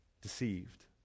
deceived